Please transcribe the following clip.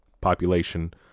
population